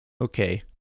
okay